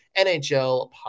NHL